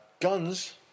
guns